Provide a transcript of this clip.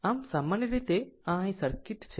આમ સામાન્ય રીતે આ અહીં સર્કિટ છે